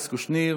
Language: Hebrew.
נמנעים,